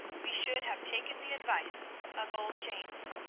we should have taken the advice of old james,